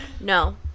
no